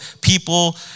people